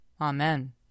Amen